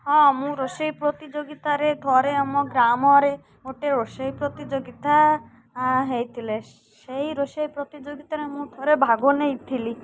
ହଁ ମୁଁ ରୋଷେଇ ପ୍ରତିଯୋଗିତାରେ ଥରେ ଆମ ଗ୍ରାମରେ ଗୋଟେ ରୋଷେଇ ପ୍ରତିଯୋଗିତା ହେଇଥିଲେ ସେଇ ରୋଷେଇ ପ୍ରତିଯୋଗିତାରେ ମୁଁ ଥରେ ଭାଗ ନେଇଥିଲି